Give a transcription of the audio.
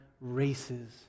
races